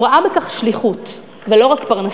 הוא ראה בכך שליחות ולא רק פרנסה.